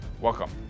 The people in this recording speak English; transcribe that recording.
welcome